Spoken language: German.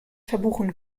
verbuchen